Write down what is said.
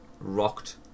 Rocked